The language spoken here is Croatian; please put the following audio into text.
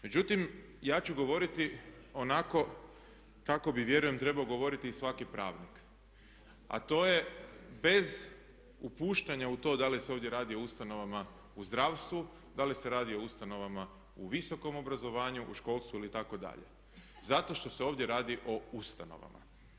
Međutim, ja ću govoriti onako kako bi vjerujem trebao govoriti i svaki pravnik a to je bez upuštanja u to da li se ovdje radi o ustanovama u zdravstvu, da li se radi o ustanovama u visokom obrazovanju, u školstvu itd., zato što se ovdje radi o ustanovama.